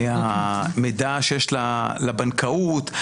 המידע שיש לבנקאות,